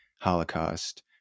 Holocaust